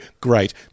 great